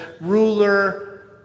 ruler